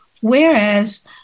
whereas